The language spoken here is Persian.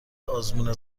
آزمون